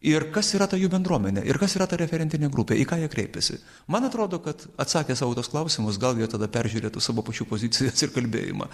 ir kas yra ta jų bendruomenė ir kas yra ta referentinė grupė į ką jie kreipiasi man atrodo kad atsakę sau į tuos klausimus gal tada peržiūrėtų savo pačių pozicijas ir kalbėjimą